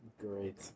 great